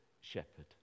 shepherd